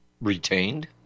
retained